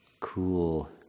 cool